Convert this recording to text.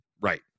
Right